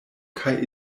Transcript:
kaj